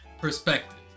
perspective